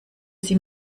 sie